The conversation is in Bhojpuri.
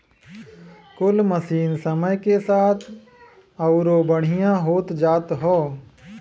कुल मसीन समय के साथ अउरो बढ़िया होत जात हौ